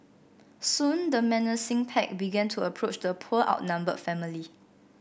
soon the menacing pack began to approach the poor outnumbered family